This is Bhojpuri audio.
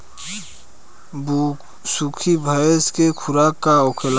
बिसुखी भैंस के खुराक का होखे?